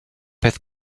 peth